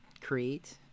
create